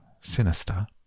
sinister